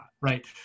right